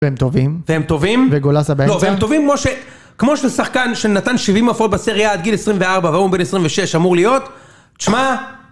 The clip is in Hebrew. והם טובים. והם טובים. וגולסה באמצע. לא, והם טובים כמו ש... כמו של שחקן שנתן 70 הופעות בסריה, עד גיל 24 והוא בן 26, אמור להיות. תשמע...